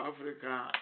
Africa